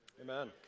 Amen